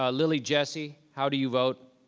ah lillie jessie, how do you vote?